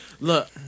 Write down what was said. look